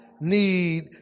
need